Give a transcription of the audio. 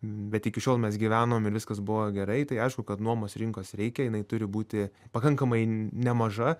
bet iki šiol mes gyvenom ir viskas buvo gerai tai aišku kad nuomos rinkos reikia jinai turi būti pakankamai nemaža